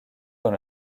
dans